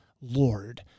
Lord